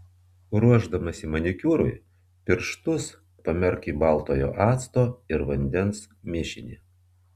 ruošdamasi manikiūrui pirštus pamerk į baltojo acto ir vandens mišinį